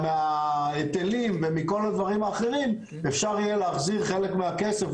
מההיטלים ומכל הדברים האחרים אפשר יהיה להחזיר חלק מהכסף,